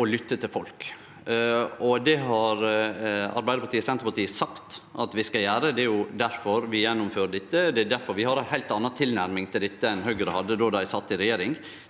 å lytte til folk. Det har Arbeidarpartiet og Senterpartiet sagt at vi skal gjere, og det er difor vi gjennomfører dette. Det er òg difor vi har ei heilt anna tilnærming til dette enn Høgre hadde då dei sat i regjering,